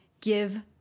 give